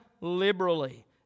liberally